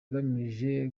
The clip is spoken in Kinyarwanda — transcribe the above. igamije